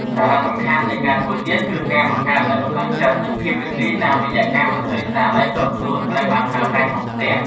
សារៈសំខាន់នៃការធ្វើទៀនគឺការបង្កើតនូវកម្លាំងចិត្ត និងភាពរីករាយតាមរយៈការឃើញស្នាដៃផ្ទាល់ខ្លួនត្រូវបានប្រើប្រាស់ក្នុងផ្ទះ។